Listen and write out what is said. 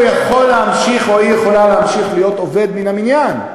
הוא יכול להמשיך או היא יכולה להמשיך להיות עובד מן המניין.